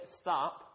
stop